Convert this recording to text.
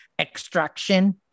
extraction